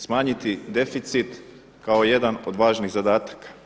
Smanjiti deficit kao jedan od važnih zadataka.